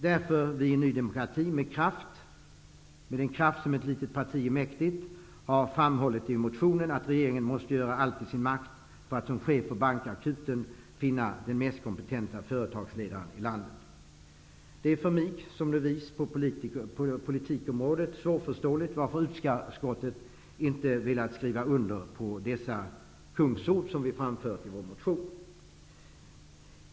Vi i Ny demokrati har därför, med den kraft ett litet parti är mäktigt, framhållit i motionen att regeringen måste göra allt som står i dess makt för att som chef för bankakuten finna den mest kompetenta företagsledaren i landet. Det är för mig som politiker svårt att förstå varför utskottet inte har velat skriva under dessa kungsord som vi har framfört i vår motion.